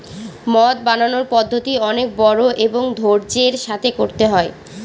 মদ বানানোর পদ্ধতি অনেক বড়ো এবং ধৈর্য্যের সাথে করতে হয়